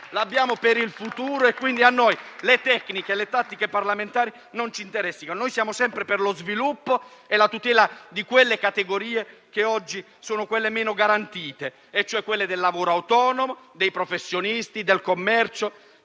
l'abbiamo per il futuro e, quindi, a noi le tecniche e le tattiche parlamentari non ci interessano. Noi siamo sempre per lo sviluppo e la tutela delle categorie oggi meno garantite e, cioè, quelle del lavoro autonomo, dei professionisti, del commercio,